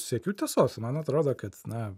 siekiu tiesos man atrodo kad na